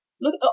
Look